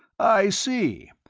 i see.